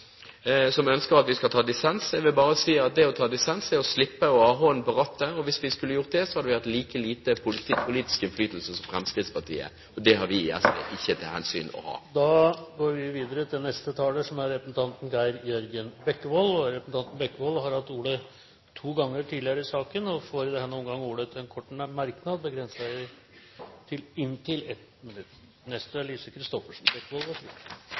som ønsker at vi skal ta dissens: Det å ta dissens er å slippe å ha hånden på rattet. Hvis vi skulle gjort det, hadde vi hatt like liten politisk innflytelse som Fremskrittspartiet. Og det har vi i SV ikke til hensikt å ha. Geir Jørgen Bekkevold har hatt ordet to ganger tidligere og får ordet til en kort merknad, begrenset til 1 minutt. Representanten